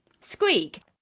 Squeak